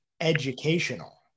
educational